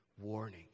warning